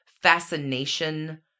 fascination